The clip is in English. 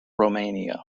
romania